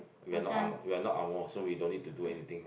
we are not Angmoh we are not Angmoh so we don't need to do anything ah